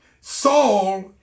Saul